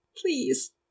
Please